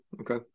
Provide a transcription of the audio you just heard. okay